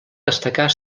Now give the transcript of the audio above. destacar